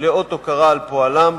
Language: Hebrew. לאות הוקרה על פועלם".